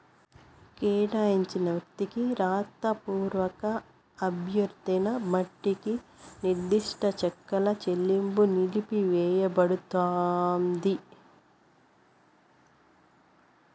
కేటాయించిన వ్యక్తికి రాతపూర్వక అభ్యర్థన మట్టికి నిర్దిష్ట చెక్కుల చెల్లింపు నిలిపివేయబడతాంది